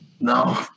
No